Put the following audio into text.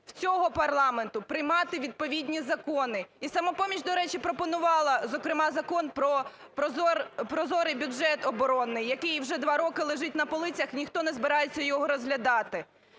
в цього парламенту приймати відповідні закони. І "Самопоміч", до речі, пропонувала зокрема Закон про прозорий бюджет оборонний, який вже два роки лежить на полицях, ніхто не збирається його розглядати.